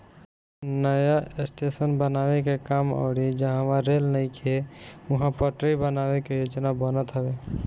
नया स्टेशन बनावे के काम अउरी जहवा रेल नइखे उहा पटरी बनावे के योजना बनत हवे